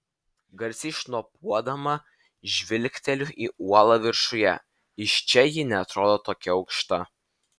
garsiai šnopuodama žvilgteliu į uolą viršuje iš čia ji neatrodo tokia aukšta